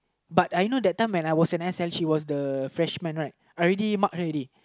but I know that time when I was an S L she was the freshman right I already mark her already